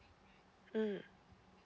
mm